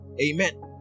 Amen